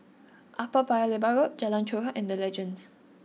Upper Paya Lebar Road Jalan Chorak and the Legends